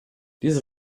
diese